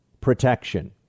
protection